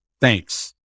thanks